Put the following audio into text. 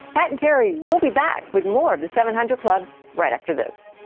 pat and terry will be back with more of the seven hundred club right after this.